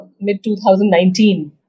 mid-2019